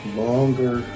longer